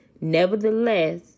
nevertheless